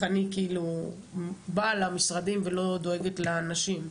אני כאילו באה למשרדים ולא דואגת לנשים,